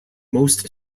most